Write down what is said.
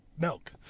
milk